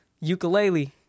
ukulele